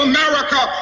America